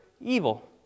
evil